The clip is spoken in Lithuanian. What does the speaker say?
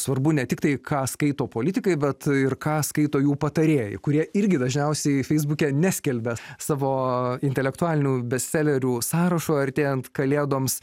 svarbu ne tik tai ką skaito politikai bet ir ką skaito jų patarėjai kurie irgi dažniausiai feisbuke neskelbia savo intelektualinių bestselerių sąrašo artėjant kalėdoms